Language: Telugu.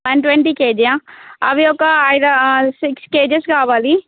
వన్ ట్వంటీ కేజీయా అవి ఒక ఐదు ఆరు సిక్స్ కేజెస్ కావాలి